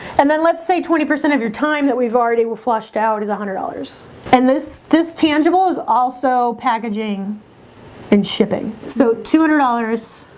and then let's say twenty percent of your time that we've already will flushed out is one hundred dollars and this this tangible is also packaging and shipping so two hundred dollars